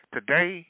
Today